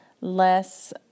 less